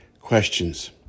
questions